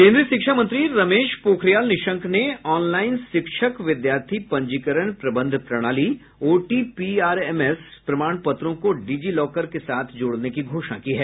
केंद्रीय शिक्षा मंत्री रमेश पोखरियाल निशंक ने ऑनलाइन शिक्षक विद्यार्थी पंजीकरण प्रबंध प्रणाली ओटीपीआरएमएस प्रमाण पत्रों को डिजीलॉकर के साथ जोड़ने की घोषणा की है